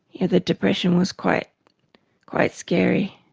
yeah the depression was quite quite scary.